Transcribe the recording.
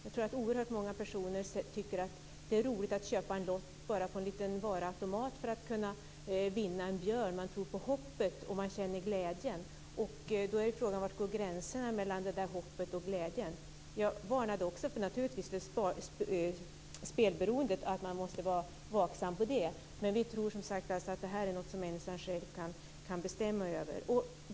Jag tror att oerhört många personer tycker att det är roligt att köpa en lott bara på en liten varuautomat för att kunna vinna en björn. Man tror på hoppet och känner en glädje. Frågan är var gränsen går för det hoppet och den glädjen. Jag varnade naturligtvis också för spelberoendet, som man måste vara vaksam på, men vi tror alltså att människan själv kan bestämma över det här.